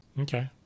okay